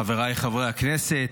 חבריי חברי הכנסת,